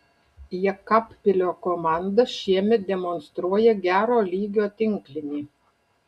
jekabpilio komanda šiemet demonstruoja gero lygio tinklinį